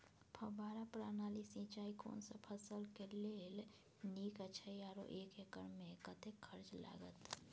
फब्बारा प्रणाली सिंचाई कोनसब फसल के लेल नीक अछि आरो एक एकर मे कतेक खर्च लागत?